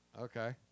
okay